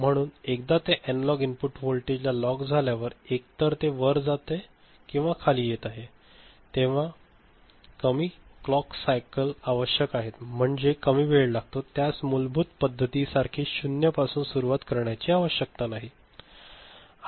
म्हणूनच एकदा ते अॅनालॉग इनपुट व्होल्टेजला लॉक झाल्यावर एकतर ते वर जात आहे किंवा खाली येत आहे तेव्हा कमी क्लॉक सायकल आवश्यक आहेत म्हणजे कमी वेळ लागतो त्यास मूलभूत पद्धतीसारखी 0 पासून सुरवात करण्याची आवश्यकता नाही